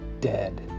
dead